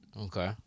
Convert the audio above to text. Okay